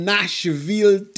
Nashville